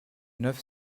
neuf